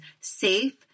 safe